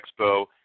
Expo